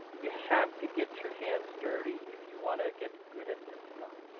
you have to get your hands dirty if you want to get good at this stuff.